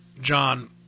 John